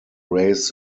raise